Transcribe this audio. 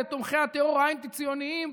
לתומכי הטרור האנטי-ציוניים,